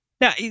Now